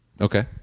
Okay